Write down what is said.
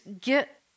get